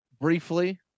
briefly